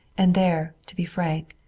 and there, to be frank,